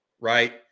right